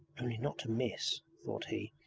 only not to miss. thought he,